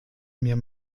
mir